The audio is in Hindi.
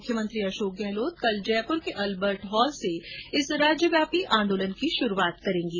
मुख्यमंत्री अशोक गहलोत कल जयपुर के अल्बर्ट हॉल से इस राज्यव्यापी आंदोलन की शुरूआत करेंगे